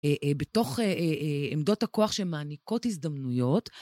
בתוך עמדות הכוח שמעניקות הזדמנויות.